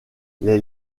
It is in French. les